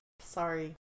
Sorry